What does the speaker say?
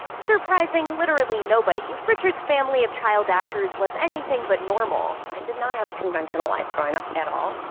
surprising literally nobody, richards' family of child actors was anything but normal. i did not have a conventional life growing up at all.